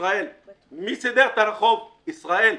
ישראל; מי סידר את הרחוב ישראל,